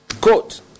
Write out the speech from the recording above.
Quote